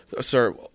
sir